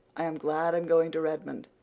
i am glad i'm going to redmond,